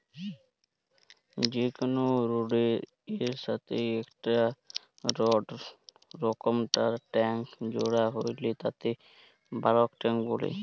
যে কোনো রোডের এর সাথেই একটো বড় রকমকার ট্যাংক জোড়া হইলে তাকে বালক ট্যাঁক বলে